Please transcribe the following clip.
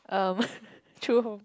um true home